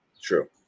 True